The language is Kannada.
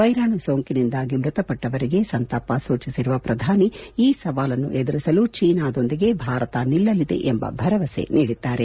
ವೈರಾಣು ಸೋಂಕಿನಿಂದಾಗಿ ಮೃತಪಟ್ಟವರಿಗೆ ಸಂತಾಪ ಸೂಚಿಸಿರುವ ಪ್ರಧಾನಿ ಈ ಸವಾಲನ್ನು ಎದುರಿಸಲು ಚೀನಾದೊಂದಿಗೆ ಭಾರತ ನಿಲ್ಲಲಿದೆ ಎಂದು ಭರವಸೆ ನೀಡಿದ್ದಾರೆ